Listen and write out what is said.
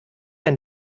ein